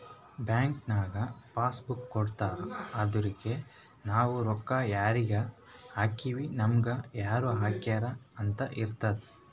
bank ನಾಗ್ passbook ಕೊಡ್ತಾರ ಅದುರಗೆ ನಾವ್ ರೊಕ್ಕಾ ಯಾರಿಗ ಹಾಕಿವ್ ನಮುಗ ಯಾರ್ ಹಾಕ್ಯಾರ್ ಅಂತ್ ಇರ್ತುದ್